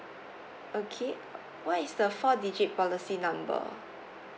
okay what is the four digit policy number